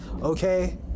okay